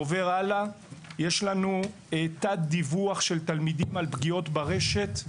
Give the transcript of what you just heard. יש לנו תת דיווח של תלמידים על פגיעות ברשת,